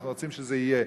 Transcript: אנחנו רוצים שזה יהיה.